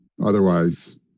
Otherwise